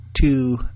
two